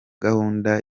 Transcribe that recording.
gahunda